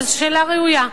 וזו שאלה ראויה.